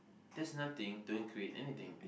there's nothing don't create anyting